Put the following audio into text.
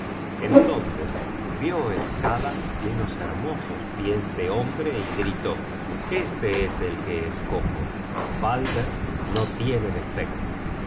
entonces vió skada unos hermosos pies de hombre y gritó este es el que escojo balder no tiene defecto